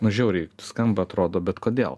nu žiauriai skamba atrodo bet kodėl